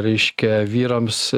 reiškia vyrams